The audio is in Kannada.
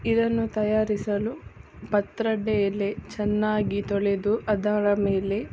ಇದನ್ನು ತಯಾರಿಸಲು ಪತ್ರೊಡೆ ಎಲೆ ಚೆನ್ನಾಗಿ ತೊಳೆದು ಅದರ ಮೇಲೆ